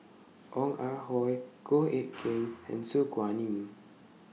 Ong Ah Hoi Goh Eck Kheng and Su Guaning